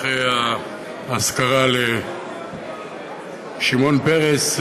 אחרי האזכרה לשמעון פרס.